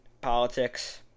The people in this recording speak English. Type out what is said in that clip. politics